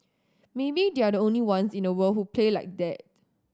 maybe they're the only ones in the world who play like that